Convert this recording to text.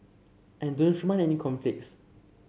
I any conflicts